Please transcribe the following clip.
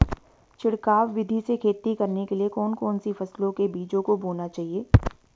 छिड़काव विधि से खेती करने के लिए कौन कौन सी फसलों के बीजों को बोना चाहिए?